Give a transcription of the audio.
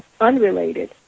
unrelated